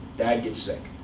dad gets sick.